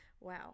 Wow